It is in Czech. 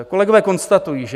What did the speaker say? Kolegové konstatují, že